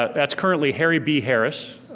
that's currently harry b. harris.